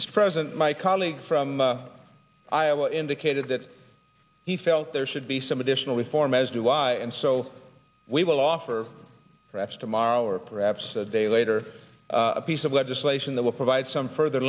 mr president my colleague from iowa indicated that he felt there should be some additional reform as do i and so we will offer perhaps tomorrow or perhaps a day later a piece of legislation that will provide some further